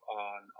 on